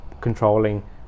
controlling